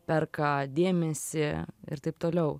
perka dėmesį ir taip toliau